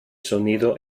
sonido